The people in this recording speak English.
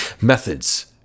Methods